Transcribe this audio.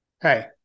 Hey